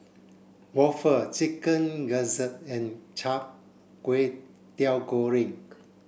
waffle chicken gizzard and Kway Teow Goreng